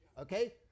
Okay